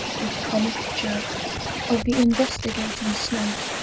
with comic jerk of the investigating snout,